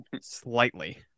Slightly